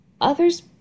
Others